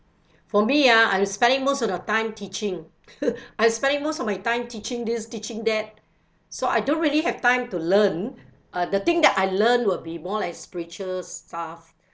for me ah I'm spending most of the time teaching I spending most of my time teaching this teaching that so I don't really have time to learn uh the thing that I learn will be more like spiritual stuff